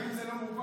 ואם זה לא מובן,